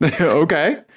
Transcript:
Okay